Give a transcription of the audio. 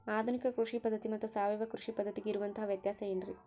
ಆಧುನಿಕ ಕೃಷಿ ಪದ್ಧತಿ ಮತ್ತು ಸಾವಯವ ಕೃಷಿ ಪದ್ಧತಿಗೆ ಇರುವಂತಂಹ ವ್ಯತ್ಯಾಸ ಏನ್ರಿ?